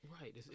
right